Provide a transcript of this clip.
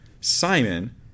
Simon